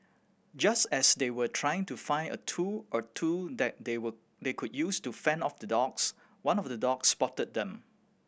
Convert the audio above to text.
just as they were trying to find a tool or two that they were they could use to fend off the dogs one of the dogs spotted them